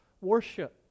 worship